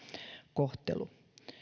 kohtelu